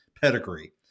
pedigree